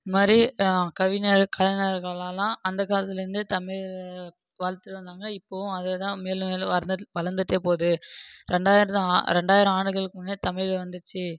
இது மாதிரி கவிஞர் கலைஞர்களெலாம் அந்த காலத்திலேருந்தே தமிழ் வளர்த்துகிட்டு வந்தாங்க இப்போவும் அதேதான் மேலும் மேலும் வளர்ந்தர் வளர்ந்துகிட்டே போது ரெண்டாயிரத்து ஆ ரெண்டாயிரம் ஆண்டுகளுக்கு முன்னாடி தமிழ் வந்துச்சு